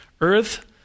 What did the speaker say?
earth